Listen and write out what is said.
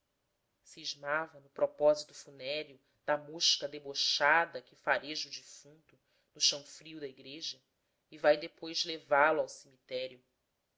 secos cismava no propósito funéreo da mosca debochada que fareja o defunto no chão frio da igreja e vai depois levá-lo ao cemitério